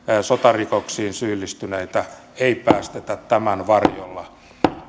sotarikoksiin syyllistyneitä ei päästetä tämän varjolla